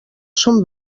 són